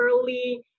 early